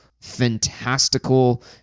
fantastical